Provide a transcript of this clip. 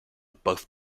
both